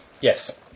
Yes